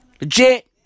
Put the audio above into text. Legit